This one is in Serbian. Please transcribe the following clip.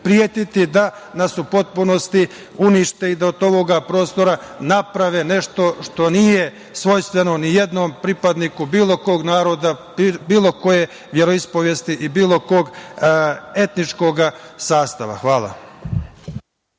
da nas u potpunosti unište i da od ovog prostora naprave nešto što nije svojstveno ni jednom pripadniku bilo kog naroda, bilo koje veroispovesti i bilo kog etničkog sastava. Hvala.